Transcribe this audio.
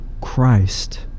Christ